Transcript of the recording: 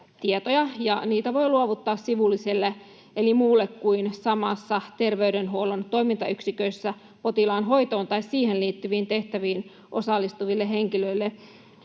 niitä voi luovuttaa sivulliselle eli muulle kuin samassa terveydenhuollon toimintayksikössä potilaan hoitoon tai siihen liittyviin tehtäviin osallistuvalle henkilölle